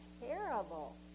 terrible